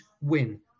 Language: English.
win